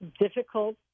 difficult